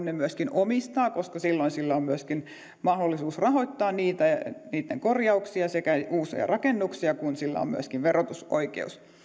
ne myöskin omistaa koska silloin sillä on myöskin mahdollisuus rahoittaa niitä ja niitten korjauksia sekä uusia rakennuksia kun sillä on myöskin verotusoikeus